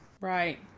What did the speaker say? right